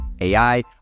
AI